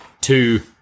two